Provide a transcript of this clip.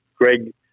Greg